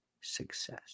success